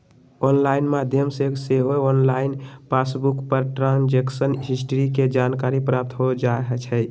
online माध्यम से सेहो ऑनलाइन पासबुक पर ट्रांजैक्शन हिस्ट्री के जानकारी प्राप्त हो जाइ छइ